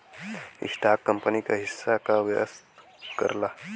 stock company क हिस्सा का व्यक्त करला